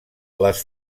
les